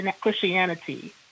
Christianity